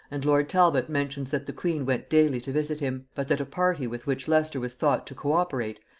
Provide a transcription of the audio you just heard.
and lord talbot mentions that the queen went daily to visit him, but that a party with which leicester was thought to co-operate,